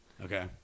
Okay